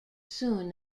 soon